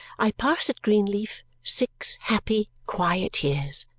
i passed at greenleaf six happy, quiet years.